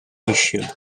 issue